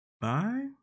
Bye